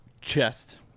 chest